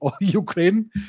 Ukraine